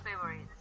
favorites